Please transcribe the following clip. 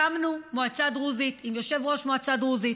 הקמנו מועצה דרוזית עם יושב-ראש מועצה דרוזי.